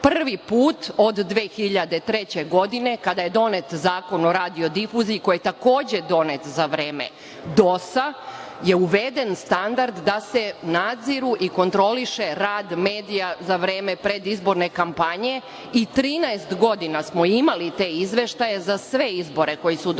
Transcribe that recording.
prvi put od 2003. godine, kada je donet Zakon o radiodifuziji, koji je takođe donet za vreme DOS-a, da je uveden standard da se nadzire i kontroliše rad medija za vreme predizborne kampanje i 13 godina smo imali te izveštaje za sve izbore koji su do sada